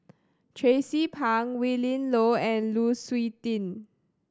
Tracie Pang Willin Low and Lu Suitin